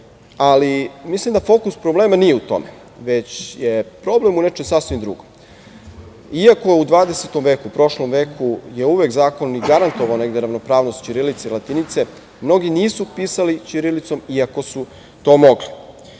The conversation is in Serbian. Ali, mislim da fokus problema nije u tome, već je problem u nečem sasvim drugom. Iako je u 20. veku, prošlom veku, zakon uvek i garantovaoravnopravnost ćirilice i latinice, mnogi nisu pisali ćirilicom iako su to mogli.